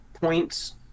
points